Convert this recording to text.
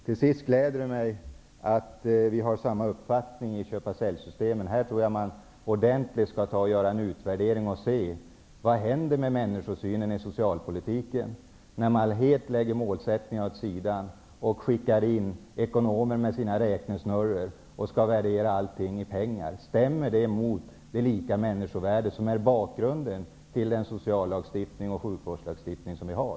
Till sist gläder det mig att vi har samma uppfattning om köp-sälj-systemen. Här tror jag att man skall göra en ordentlig utvärdering och se vad som händer med människosynen i socialpolitiken när man helt lägger målsättningarna åt sidan och skickar in ekonomer med sina räknesnurrar för att värdera allting i pengar. Stämmer det mot det lika människovärde som är bakgrunden till den sociallagstiftning och sjukvårdslagstiftning som vi har?